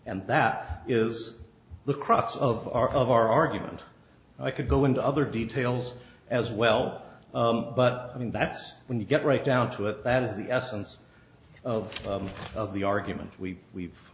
and that is the crux of our of our argument i could go into other details as well but i mean that's when you get right down to it that is the essence of of the argument we've we've